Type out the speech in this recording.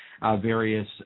various